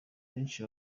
benshi